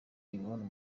yvonne